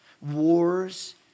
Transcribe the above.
wars